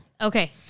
Okay